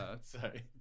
Sorry